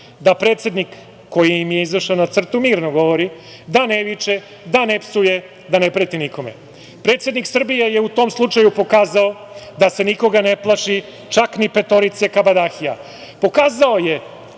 da predsednik koji im je izašao na crtu mirno govori, da ne viče, da ne psuje, da ne preti nikome. Predsednik Srbije je u tom slučaju pokazao da se nikoga ne plaši, čak ni petorice kabadahija. Pokazao je